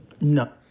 No